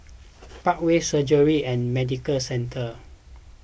Parkway Surgery and Medical Centre